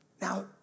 Now